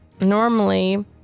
normally